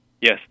Yes